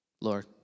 Lord